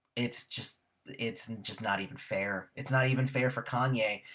it's just it's just not even fair. it's not even fair for kanye,